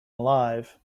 alive